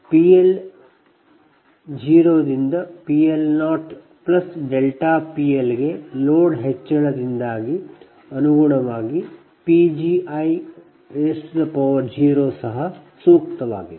ಈಗ PL0ರಿಂದ PL0PLಗೆ ಲೋಡ್ ಹೆಚ್ಚಳದಿಂದಾಗಿ ಅನುಗುಣವಾಗಿ Pgi0 ಸಹ ಸೂಕ್ತವಾಗಿದೆ